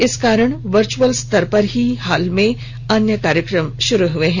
इस कारण वर्चचुअल स्तर पर हाल ही में अन्य कार्यक्रम शुरू हुए हैं